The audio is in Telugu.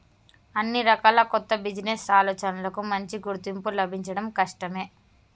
అన్ని రకాల కొత్త బిజినెస్ ఆలోచనలకూ మంచి గుర్తింపు లభించడం కష్టమే